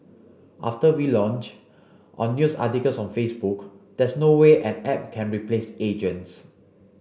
after we launch on news articles on Facebook there's no way an app can replace agents